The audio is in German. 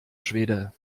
schwede